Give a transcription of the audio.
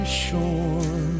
shore